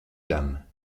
dames